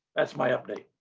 that's my update.